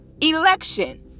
election